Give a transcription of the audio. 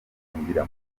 guhungira